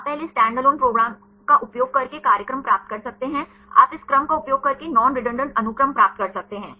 आप पहले standalone program का उपयोग करके कार्यक्रम प्राप्त कर सकते हैं आप इस क्रम का उपयोग करके नॉन रेडंडान्त अनुक्रम प्राप्त कर सकते हैं